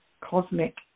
cosmic